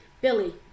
Billy